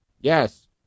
yes